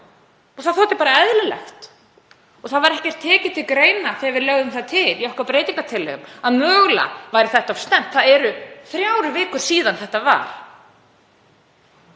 og það þótti bara eðlilegt. Það var ekki tekið til greina þegar við lögðum það til í breytingartillögum okkar að mögulega væri þetta of snemmt. Það eru þrjár vikur síðan þetta var.